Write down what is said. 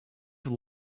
have